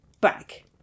back